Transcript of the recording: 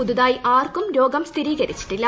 പുതുതായി ആർക്കും രോഗം സ്ഥിരീകരിച്ചിട്ടില്ല